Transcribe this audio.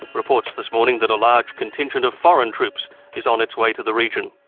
reports this morning that a large contingent of foreign troops is on its way to the region.